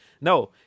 no